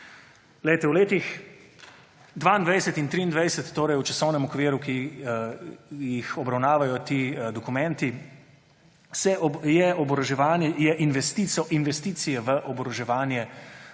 v letih 2022 in 2023, torej v časovnem okviru, ki jih obravnavajo ti dokumenti, so investicije v oboroževanje